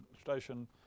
station